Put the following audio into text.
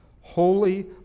Holy